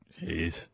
Jeez